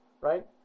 right